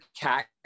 cat